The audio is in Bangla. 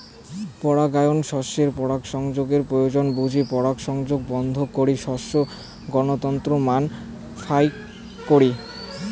পরাগায়ন শস্যের পরাগসংযোগের প্রয়োজন বুঝি পরাগসংযোগ বর্ধন করি শস্যের গুণগত মান ফাইক করি